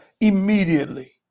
immediately